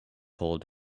pole